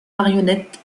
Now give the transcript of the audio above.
marionnette